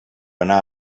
anar